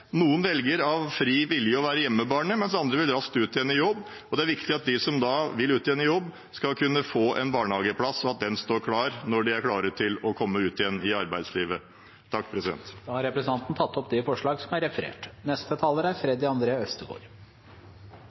Noen velger av fri vilje å være hjemme med barnet, mens andre vil raskt ut igjen i jobb. Det er viktig at de som da vil ut igjen i jobb, skal kunne få en barnehageplass, og at den står klar når de er klare til å komme ut igjen i arbeidslivet. Representanten Tor André Johnsen har tatt opp